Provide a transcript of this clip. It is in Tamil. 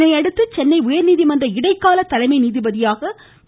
இதனையடுத்து சென்னை உயா்நீதிமன்ற இடைக்கால தலைமை நீதிபதியாக வி